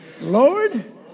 Lord